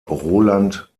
roland